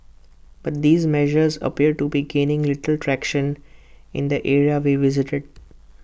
but these measures appear to be gaining little traction in the areas we visited